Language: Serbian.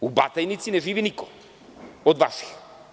U Batajnici ne živi niko od vaših.